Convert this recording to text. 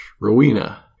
Rowena